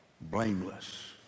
Blameless